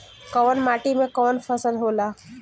कवन माटी में कवन फसल हो ला?